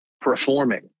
performing